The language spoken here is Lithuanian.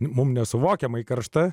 mums nesuvokiamai karšta